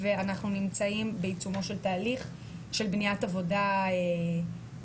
ואנחנו נמצאים בעיצומו של תהליך של בניית עבודה גדולה,